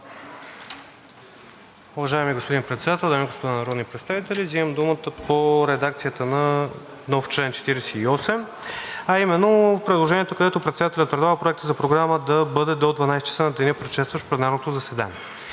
Уважаеми господин Председател, дами и господа народни представители! Взимам думата по редакцията на нов чл. 48, а именно предложението, където председателят предлага проектът за програма да бъде до 12,00 ч. на деня, предшестващ пленарното заседание.